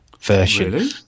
version